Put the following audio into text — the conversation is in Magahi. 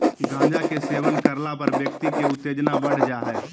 गांजा के सेवन करला पर व्यक्ति के उत्तेजना बढ़ जा हइ